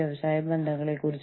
വിശദാംശങ്ങൾ ഇവിടെയുണ്ട്